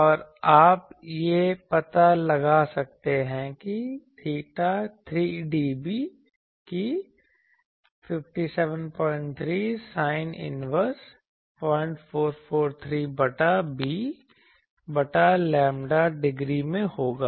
और आप यह पता लगा सकते हैं कि 𝚹3dB कि 573 sin इनवरस 0443 बटा b बटा लैम्ब्डा डिग्री में होगा